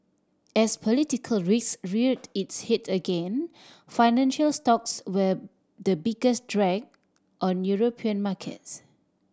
as political risk reared its head again financial stocks were the biggest drag on European markets